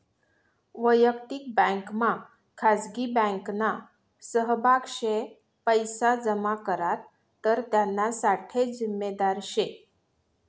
वयक्तिक बँकमा खाजगी बँकना सहभाग शे पैसा जमा करात तर त्याना साठे जिम्मेदार शे